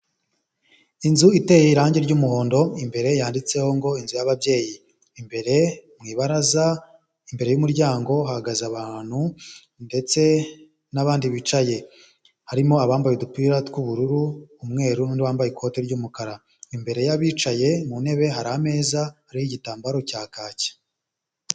Inzu iteye irangi ry'umuhondo imbere yanditseho ngo inzu y'ababyeyi, imbere mu ibaraza imbere y'umuryango hahagaze abantu ndetse n'abandi bicaye harimo abambaye udupira t'ubururu umweru n nundi wambaye ikoti ry'umukara imbere y'abicaye mu ntebe hari ameza hariho igitambaro cya kacya.